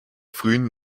frühen